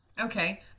Okay